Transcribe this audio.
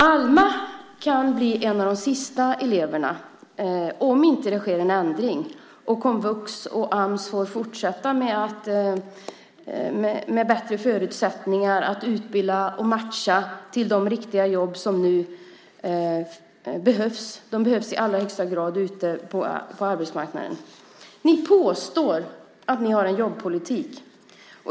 Alma kan bli en av de sista eleverna om det inte sker en ändring, och komvux och Ams får fortsätta att med bättre förutsättningar utbilda och matcha människor till de riktiga jobb som det nu behövs folk till. De behövs i allra högsta grad ute på arbetsmarknaden. Ni påstår att ni har en jobbpolitik.